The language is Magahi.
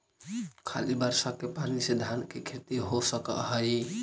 खाली बर्षा के पानी से धान के खेती हो सक हइ?